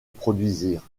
produisirent